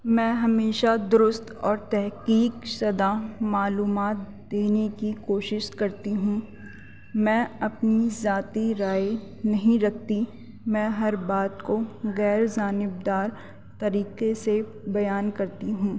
میں ہمیشہ درست اور تحقیق شدہ معلومات دینے کی کوشش کرتی ہوں میں اپنی ذاتی رائے نہیں رکھتی میں ہر بات کو غیر جانبدار طریقے سے بیان کرتی ہوں